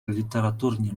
літературні